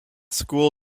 school